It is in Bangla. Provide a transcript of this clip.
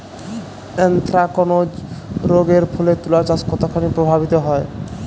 এ্যানথ্রাকনোজ রোগ এর ফলে তুলাচাষ কতখানি প্রভাবিত হয়?